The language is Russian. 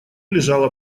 лежала